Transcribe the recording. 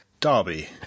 Derby